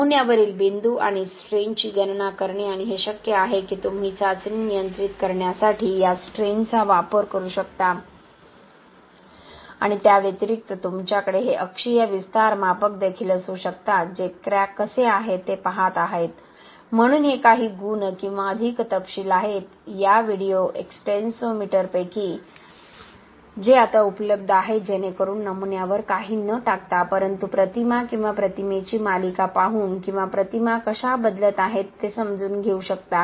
नमुन्यावरील बिंदू आणि स्ट्रेनची गणना करणे आणि हे शक्य आहे की तुम्ही चाचणी नियंत्रित करण्यासाठी या स्ट्रेनचा वापर करू शकता आणि त्याव्यतिरिक्त तुमच्याकडे हे अक्षीय विस्तारमापक देखील असू शकतात जे क्रॅक कसे आहेत ते पहात आहेत म्हणून हे काही गुण किंवा अधिक तपशील आहेत या व्हिडिओ एक्स्टेन्सोमीटर्सपैकी जे आता उपलब्ध आहेत जेणेकरुन नमुन्यावर काही न टाकता परंतु प्रतिमा किंवा प्रतिमेची मालिका पाहून किंवा प्रतिमा कशा बदलत आहेत ते समजून घेऊ शकता